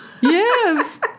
Yes